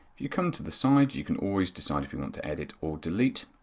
you come to the side, you you can always decide if you want to edit or delete